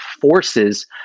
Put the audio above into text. forces